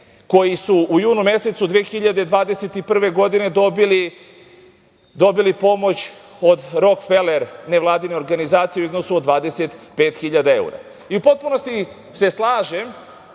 koji su u junu mesecu 2021. godine dobili pomoć od Rokfeler nevladine organizacije u iznosu od 25.000 evra.U potpunosti se slažem